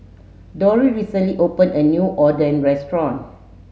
Dori recently opened a new Oden restaurant